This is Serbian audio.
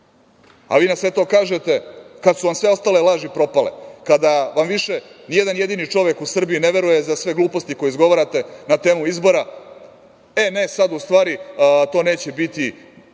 a vi na sve to kažete kad su vam sve ostale laži propale, kada vam više nijedan jedini čovek u Srbiji ne veruje za sve gluposti koje izgovarate na temu izbora – Ne sad. U stvari, to neće biti bezbedno